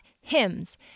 hymns